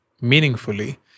meaningfully